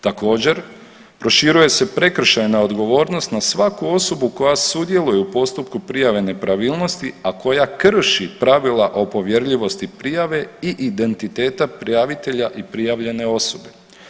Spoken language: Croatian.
Također proširuje se prekršajna odgovornost na svaku osobu koja sudjeluje u postupku prijave nepravilnosti, a koja krši pravila o povjerljivosti prijave i identiteta prijavitelja i prijavljene osobe.